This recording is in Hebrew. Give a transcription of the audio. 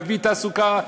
להביא תעסוקה.